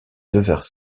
devinrent